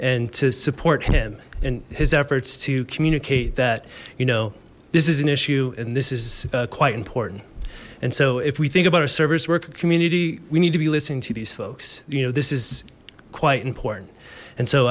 and to support him and his efforts to communicate that you know this is an issue and this is quite important and so if we think about a service worker community we need to be listening to these folks you know this is quite important and so